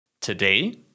Today